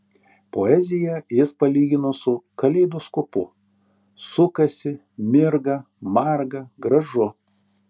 poeziją jis palygino su kaleidoskopu sukasi mirga marga gražu